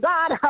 God